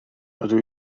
rydw